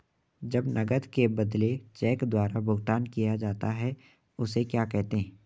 जब नकद के बदले चेक द्वारा भुगतान किया जाता हैं उसे क्या कहते है?